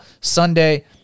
Sunday